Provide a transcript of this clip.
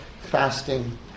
fasting